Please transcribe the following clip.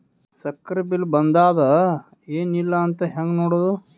ಸಕ್ರಿ ಬಿಲ್ ಬಂದಾದ ಏನ್ ಇಲ್ಲ ಅಂತ ಹೆಂಗ್ ನೋಡುದು?